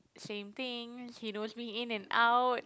same things he knows me in and out